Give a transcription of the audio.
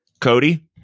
Cody